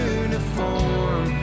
uniform